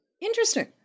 Interesting